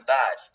bad